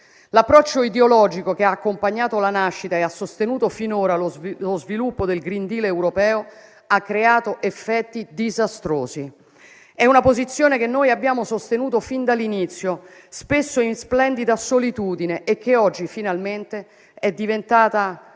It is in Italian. L'approccio ideologico che ha accompagnato la nascita e ha sostenuto finora lo sviluppo del *green deal* europeo ha creato effetti disastrosi. È una posizione che noi abbiamo sostenuto fin dall'inizio, spesso in splendida solitudine, e che oggi finalmente è diventata